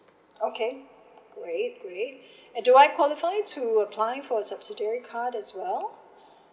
okay great great do I qualify to apply for subsidiary card as well